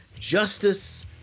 Justice